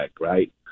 right